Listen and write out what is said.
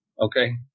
Okay